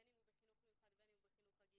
בין אם הוא בחינוך מיוחד ובין אם הוא בחינוך רגיל,